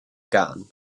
gân